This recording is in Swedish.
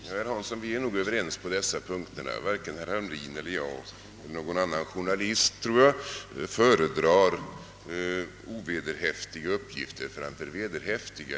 Herr talman! Herr Hansson i Skegrie och jag är nog överens på en punkt. Varken herr Hamrin i Jönköping eller jag eller någon annan journalist, tror jag, föredrar ovederhäftiga uppgifter framför vederhäftiga.